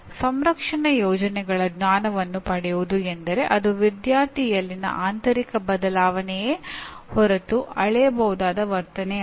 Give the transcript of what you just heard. ಸಂರಕ್ಷಣಾ ಯೋಜನೆಗಳ ಜ್ಞಾನವನ್ನು ಪಡೆಯುವುದು ಎಂದರೆ ಅದು ವಿದ್ಯಾರ್ಥಿಯಲ್ಲಿನ ಆಂತರಿಕ ಬದಲಾವಣೆಯೇ ಹೊರತು ಅಳೆಯಬಹುದಾದ ವರ್ತನೆಯಲ್ಲ